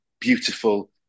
beautiful